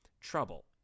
trouble